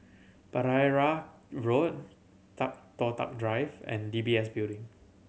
Pereira Road Toh Tuck Drive and D B S Building